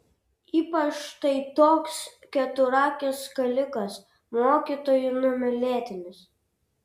ypač štai toks keturakis kalikas mokytojų numylėtinis